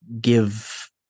give